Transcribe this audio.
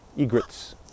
Egrets